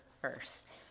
first